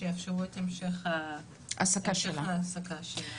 שיאפשרו את המשך ההעסקה שלה.